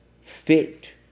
fit